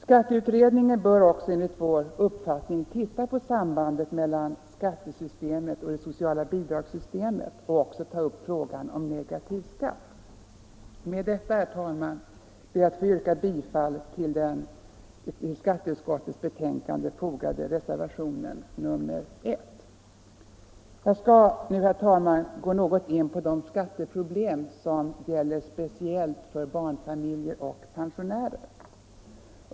Skatteutredningen bör också enligt vår uppfattning se på sambandet mellan skattesystemet och det sociala bidragssystemet och även ta upp frågan om negativ skatt. Jag skall så något gå in på de skatteproblem som gäller speciellt barnfamiljer och pensionärer.